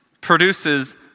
produces